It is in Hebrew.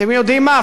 אתם יודעים מה,